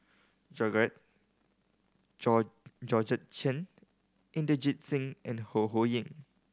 Georgette Chen Inderjit Singh and Ho Ho Ying